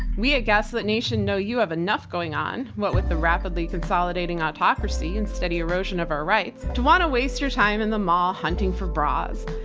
we at gaslit nation know, you have enough going on. what with the rapidly consolidating autocracy and steady erosion of our rights to want to waste your time in the mall hunting for bras.